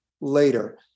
later